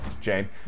Jane